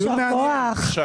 הישיבה ננעלה בשעה 11:42.